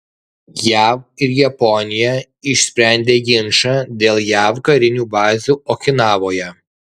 jav ir japonija išsprendė ginčą dėl jav karinių bazių okinavoje